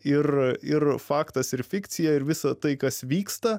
ir ir faktas ir fikcija ir visa tai kas vyksta